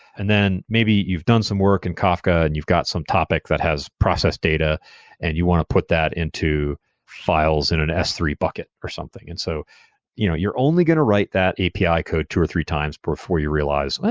and then maybe you've done some work in kafka and you've got some topic that has processed data and you want to put that into files in an s three bucket or something. and so you know you're only going to write that api code two or three times before you realize,